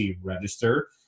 Register